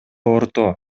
орто